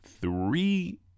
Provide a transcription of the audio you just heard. three